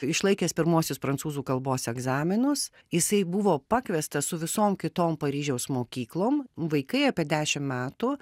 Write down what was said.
išlaikęs pirmuosius prancūzų kalbos egzaminus jisai buvo pakviestas su visom kitom paryžiaus mokyklom vaikai apie dešim metų